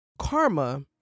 Karma